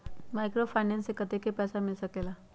Microfinance से कतेक पैसा मिल सकले ला?